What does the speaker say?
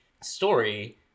story